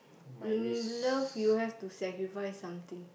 uh love you have to sacrifice something